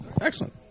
Excellent